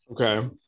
Okay